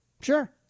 Sure